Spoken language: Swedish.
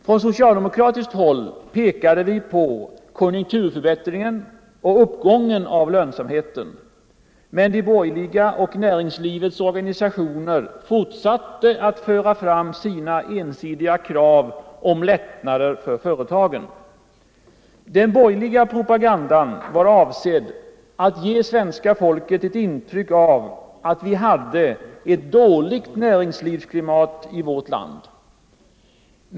Från socialdemokratiskt håll pekade vi på konjunkturförbättringen och uppgången av lönsamheten. Men de borgerliga och näringslivets organisationer fortsatte att föra fram sina en Nr 114 . EET EASTERN 3 Onsdagen den av att vi hade ett dåligt näringslivsklimat i vårt land.